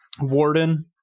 warden